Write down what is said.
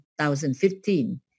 2015